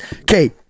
Okay